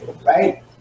right